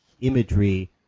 imagery